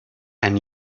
and